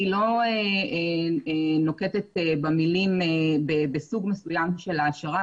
היא לא נוקטת במילים "בסוג מסוים של העשרה",